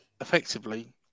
effectively